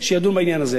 והצעתי דבר אחר: